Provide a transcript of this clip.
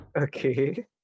Okay